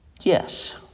Yes